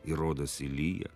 ir rodosi lyja